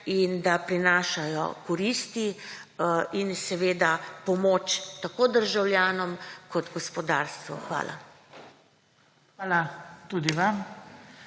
in da prinašajo koristi in seveda pomoč tako državljanom kot gospodarstvu. Hvala. **PODPREDSEDNIK